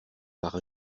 par